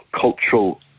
cultural